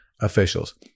officials